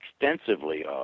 extensively